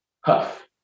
huff